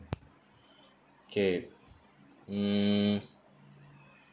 okay mm